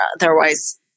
Otherwise